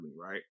right